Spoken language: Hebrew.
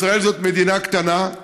ישראל זאת מדינה קטנה,